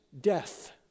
death